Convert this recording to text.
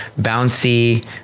bouncy